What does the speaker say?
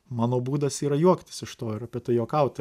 mano būdas yra juoktis iš to ir apie tai juokauti